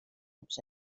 grups